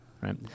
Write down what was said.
Right